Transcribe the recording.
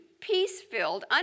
peace-filled